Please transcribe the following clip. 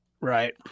right